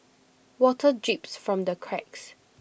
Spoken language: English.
water drips from the cracks